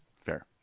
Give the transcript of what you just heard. fair